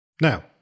Now